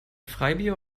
freibier